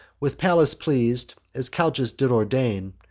with pallas pleas'd as calchas did ordain.